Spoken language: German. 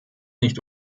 nicht